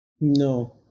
No